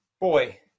Boy